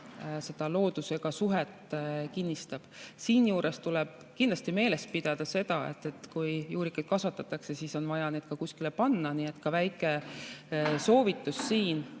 see ka loodusega suhet kinnistab. Siinjuures tuleb kindlasti meeles pidada seda, et kui juurikaid kasvatatakse, siis on vaja neid ka kuskile panna. Nii et väike soovitus.